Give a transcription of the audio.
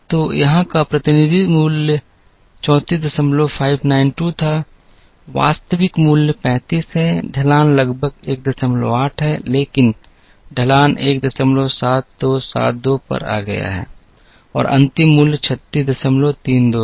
तो यहां का प्रतिनिधि मूल्य 34592 था वास्तविक मूल्य 35 है ढलान लगभग 18 है लेकिन ढलान 17272 पर आ गया है और अंतिम मूल्य 3632 है